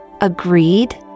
Agreed